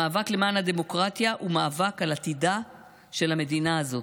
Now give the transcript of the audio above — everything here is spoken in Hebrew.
המאבק למען הדמוקרטיה הוא מאבק על עתידה של המדינה הזאת,